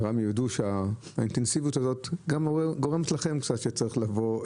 האינטנסיביות הזאת גם גורמת לכם לבוא,